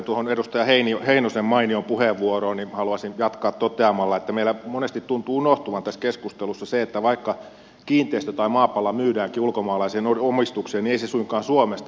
viitaten tuohon edustaja heinosen mainioon puheenvuoroon haluaisin jatkaa toteamalla että meillä monesti tuntuu unohtuvan tässä keskustelussa se että vaikka kiinteistö tai maapala myydäänkin ulkomaalaiseen omistukseen niin ei se suinkaan suomesta poistu